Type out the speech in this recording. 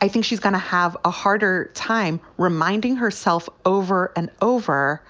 i think she's going to have a harder time reminding herself over and over